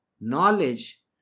knowledge